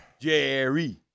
Jerry